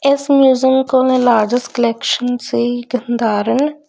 ਇਸ ਮਿਊਜ਼ੀਅਮ ਕੋਲ largest collection ਸੀ ਗੰਧਾਰਨ